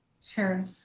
Sure